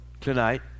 tonight